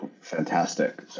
Fantastic